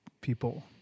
people